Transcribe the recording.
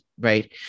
Right